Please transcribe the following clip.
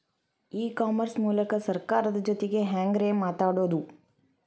E commerce ಮೂಲಕ ಸರ್ಕಾರದ ಜೊತಿಗೆ ಹ್ಯಾಂಗ್ ರೇ ಮಾತಾಡೋದು?